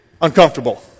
uncomfortable